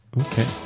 Okay